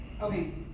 Okay